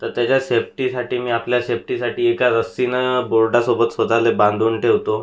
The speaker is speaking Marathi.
तर त्याच्या सेफ्टीसाठी मी आपल्या सेफ्टीसाठी एका रस्सीनं बोर्डासोबत स्वतःला बांधून ठेवतो